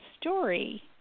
story